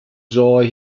joy